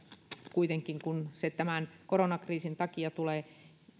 kun se kuitenkin tämän koronakriisin takia tulee